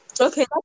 Okay